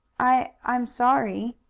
i i'm sorry.